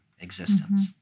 existence